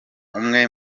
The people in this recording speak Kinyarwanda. umwe